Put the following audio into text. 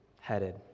headed